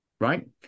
right